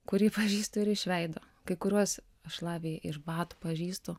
kurį pažįstu ir iš veido kai kuriuos aš lavija ir batų pažįstu